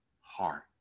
heart